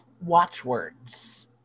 watchwords